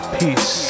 peace